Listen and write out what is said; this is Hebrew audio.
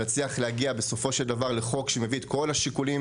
להצליח להגיע בסופו של דבר לחוק שמביא את כל השיקולים